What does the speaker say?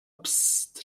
psst